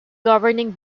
governing